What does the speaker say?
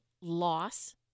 loss